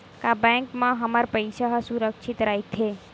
का बैंक म हमर पईसा ह सुरक्षित राइथे?